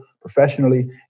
professionally